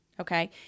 Okay